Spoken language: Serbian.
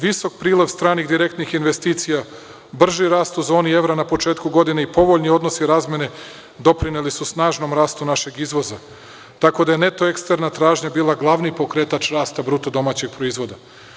Visok prilog stranih direktnih investicija, brži rast u zoni evra na početku godine i povoljni odnosi razmene doprineli su snažnom rastu našeg izvoza, tako da je neto eksterna tražnja bila glavni pokretač rasta bruto domaćeg proizvoda.